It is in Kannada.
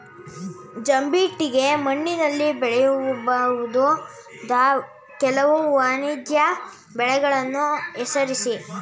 ಜಂಬಿಟ್ಟಿಗೆ ಮಣ್ಣಿನಲ್ಲಿ ಬೆಳೆಯಬಹುದಾದ ಕೆಲವು ವಾಣಿಜ್ಯ ಬೆಳೆಗಳನ್ನು ಹೆಸರಿಸಿ?